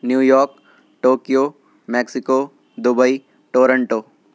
New York Tokyo Mexico Dubai Toronto